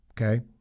okay